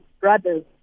brothers